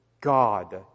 God